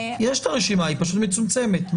יש את הרשימה, היא פשוט מצומצמת.